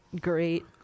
great